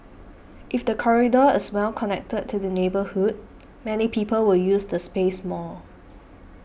if the corridor is well connected to the neighbourhood many people will use the space more